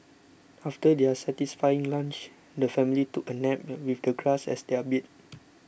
after their satisfying lunch the family took a nap with the grass as their bed